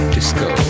Disco